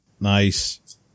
Nice